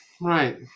right